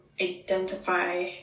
identify